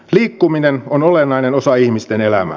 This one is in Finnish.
liikkuminen on olennainen osa ihmisten elämää